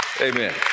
Amen